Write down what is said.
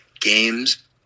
games